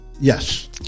Yes